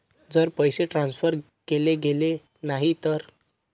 जर पैसे ट्रान्सफर केले गेले नाही तर?